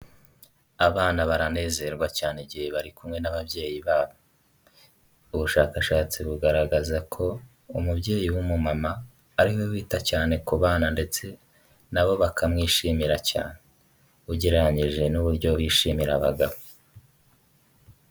Abana baranezerwa cyane igihe bari kumwe n'ababyeyi babo. Ubushakashatsi bugaragaza ko umubyeyi w'umumama ariwe wita cyane ku bana ndetse nabo bakamwishimira cyane, ugereranyije n'uburyo yishimira abagabo.